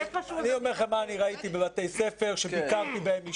איפשהו זה --- אני אמר לכם מה שאני ראיתי בבתי ספר שביקרתי בהם אישית.